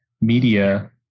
media